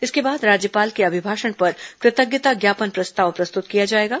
इसके बाद राज्यपाल के अभिभाषण पर कृतज्ञता ज्ञापन प्रस्ताव प्रस्तुत किया जाएगा